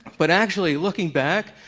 but actually looking back,